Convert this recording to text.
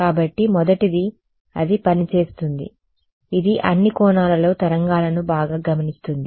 కాబట్టి మొదటిది అది పని చేస్తుంది ఇది అన్ని కోణాలలో తరంగాలను బాగా గమనిస్తుంది